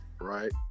Right